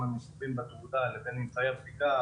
לבין ממצאי הבדיקה,